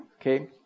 Okay